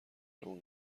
اون